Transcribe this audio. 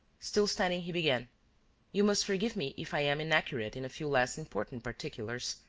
still standing, he began you must forgive me if i am inaccurate in a few less important particulars.